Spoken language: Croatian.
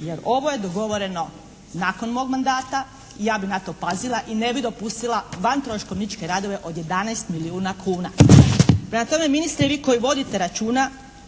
jer ovo je dogovoreno nakon mog mandata. Ja bih na to pazila i ne bih dopustila vantroškovničke radove od 11 milijuna kuna. Prema tome, ministre vi koji vodite računa